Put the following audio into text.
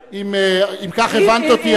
אם כך הבנת אותי,